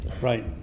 Right